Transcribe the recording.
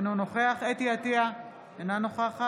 אינו נוכח חוה אתי עטייה, אינה נוכחת